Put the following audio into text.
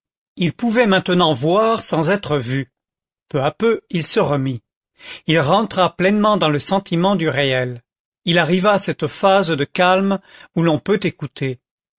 il pouvait maintenant voir sans être vu peu à peu il se remit il rentra pleinement dans le sentiment du réel il arriva à cette phase de calme où l'on peut écouter